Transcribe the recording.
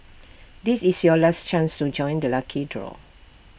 this is your last chance to join the lucky draw